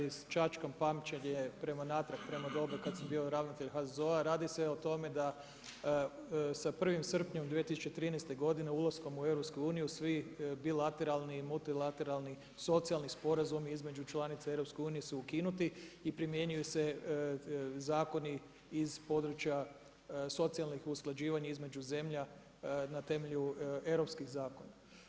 Evo malo da iščačkam pamćenje prema natrag, prema dobu kada sam bio ravnatelj HZZO-a, radi se o tome da sa 1. srpnjem 2013. godine ulaskom u EU svi bilateralni i multilateralni socijalni sporazumi između članica EU su ukinuti i primjenjuju se zakoni iz područja socijalnih usklađivanja između zemlja na temelju europskih zakona.